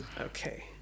Okay